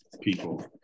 people